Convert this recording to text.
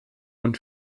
und